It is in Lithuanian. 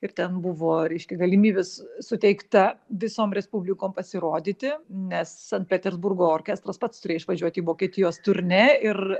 ir ten buvo reiškia galimybės suteikta visom respublikom pasirodyti nes sankt peterburgo orkestras pats turė išvažiuoti į vokietijos turnė ir